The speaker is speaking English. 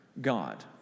God